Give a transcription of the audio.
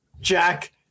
Jack